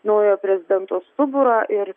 naujo prezidento stuburą ir